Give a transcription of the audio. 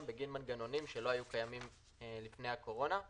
בגין מנגנונים שלא היו קיימים לפני הקורונה.